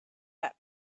that